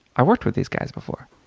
i worked with these guys before.